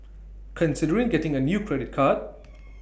considering getting A new credit card